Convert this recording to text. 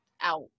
out